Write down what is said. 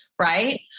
Right